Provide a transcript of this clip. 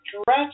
stretch